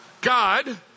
God